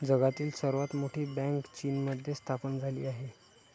जगातील सर्वात मोठी बँक चीनमध्ये स्थापन झाली आहे